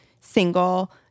single